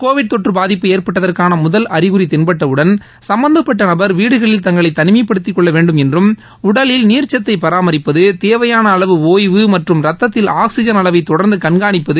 Covid தொற்று பாதிப்பு ஏற்பட்டதற்கான முதல் அறிகுறி தென்பட்டவுடன் சும்பந்தப்பட்ட நபர் வீடுகளில் தங்களை தனிமைப்படுத்திக் கொள்ள வேண்டுமென்றும் உடலில் நீர்ச்சத்தை பராமரிப்பது தேவையான அளவு ஒய்வு மற்றும் ரத்தத்தில் ஆக்ஸிஜன் அளவை தொடர்ந்து கண்காணிப்பது